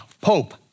Pope